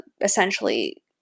essentially